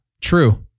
true